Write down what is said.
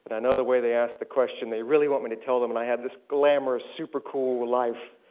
and i know the way they ask the question, they really want me to tell them that and i have this glamorous, super cool life.